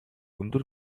өндөр